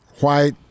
white